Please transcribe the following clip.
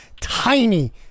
tiny